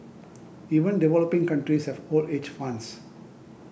even developing countries have old age funds